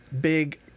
big